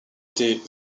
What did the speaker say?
des